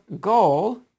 goal